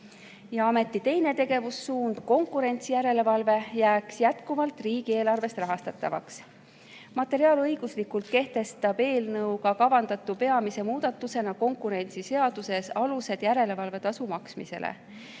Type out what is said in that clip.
Ameti teine tegevussuund, konkurentsijärelevalve, jääks jätkuvalt riigieelarvest rahastatavaks. Materiaalõiguslikult kehtestab eelnõuga kavandatu peamise muudatusena konkurentsiseaduses alused järelevalvetasu maksmisele.